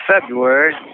February